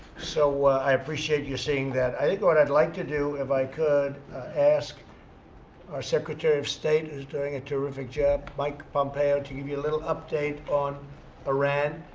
so i appreciate you seeing that. i think what i'd like to do, if i could ask our secretary of state, who is doing a terrific job mike pompeo to give you a little update on iran.